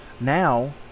now